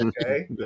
okay